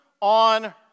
on